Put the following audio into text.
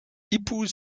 épouse